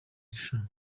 rushanwa